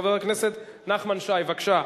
חבר הכנסת נחמן שי, בבקשה.